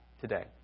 today